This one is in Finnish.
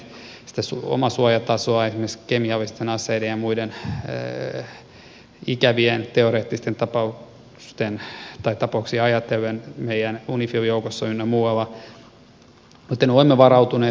olemme nostaneet omaa suojatasoa esimerkiksi kemiallisia aseita ja muita ikäviä teoreettisia tapauksia ajatellen meidän unifil joukoissa ynnä muualla joten olemme varautuneet